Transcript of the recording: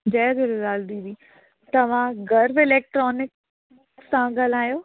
जय झूलेलाल दीदी तव्हां गर्व इलैक्ट्रोनिक मां था ॻाल्हायो